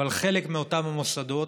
אבל חלק מאותם מוסדות